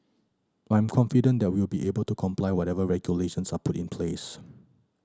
I'm confident that we'll be able to comply whatever regulations are put in place